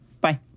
Bye